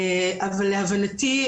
אבל להבנתי,